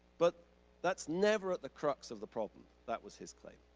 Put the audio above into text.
but that's never at the crux of the problem. that was his claim.